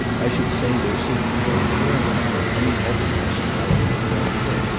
i should say there seemed more germans than any other nationality at montreux.